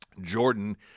Jordan